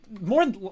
more